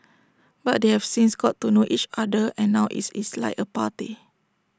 but they have since got to know each other and now it's is like A party